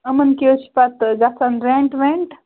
یِمَن کیٛاہ حظ چھِ پتہٕ گژھان ریٚنٹ ویٚنٹ